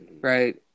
Right